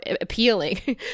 appealing